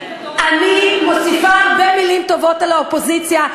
אני מוסיפה הרבה מילים טובות על האופוזיציה,